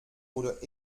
oder